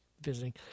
visiting